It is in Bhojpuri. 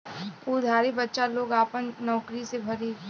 उ उधारी बच्चा लोग आपन नउकरी से भरी